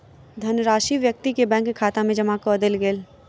धनराशि व्यक्ति के बैंक खाता में जमा कअ देल गेल